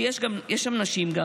שיש שם נשים.